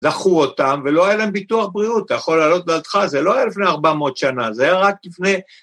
דחו אותם, ולא היה להם ביטוח בריאות, אתה יכול לעלות בדעתך, זה לא היה לפני 400 שנה, זה היה רק לפני...